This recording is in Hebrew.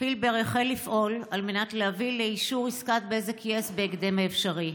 פילבר החל לפעול "על מנת להביא לאישור עסקת בזק-יס בהקדם האפשרי.